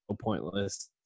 pointless